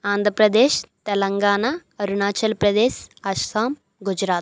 Andhra Pradesh Telangana Arunachal Pradesh Assam Gujarat